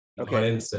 Okay